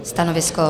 Stanovisko?